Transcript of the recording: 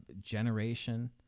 generation